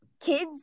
kids